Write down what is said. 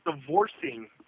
divorcing